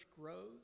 grows